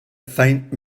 faint